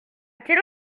quelle